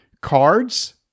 Cards